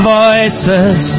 voices